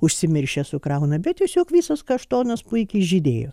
užsimiršę sukrauna bei tiesiog visas kaštonas puikiai žydėjo